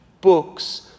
books